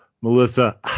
Melissa